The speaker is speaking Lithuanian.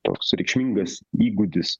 toks reikšmingas įgūdis